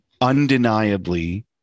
undeniably